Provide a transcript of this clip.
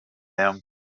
them